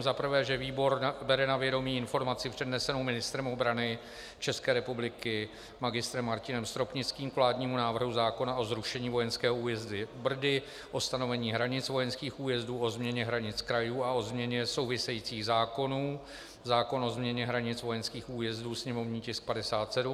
Za prvé, že výbor bere na vědomí informaci přednesenou ministrem obrany České republiky Mgr. Martinem Stropnickým k vládnímu návrhu zákona o zrušení vojenského újezdu Brdy, o stanovení hranic vojenských újezdů, o změně hranic krajů a o změně souvisejících zákonů, zákon o hranicích vojenských újezdů, sněmovní tisk 57.